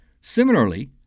Similarly